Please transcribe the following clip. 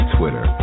Twitter